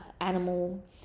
animal